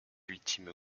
ultime